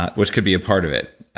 which could be a part of it.